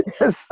Yes